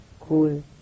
cool